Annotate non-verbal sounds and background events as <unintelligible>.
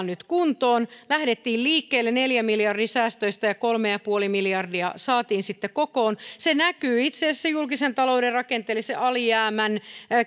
<unintelligible> nyt kuntoon lähdettiin liikkeelle neljän miljardin säästöistä ja kolme pilkku viisi miljardia saatiin sitten kokoon se näkyy itse asiassa julkisen talouden rakenteellisen alijäämän